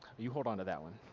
you hold on to that one.